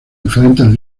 diferentes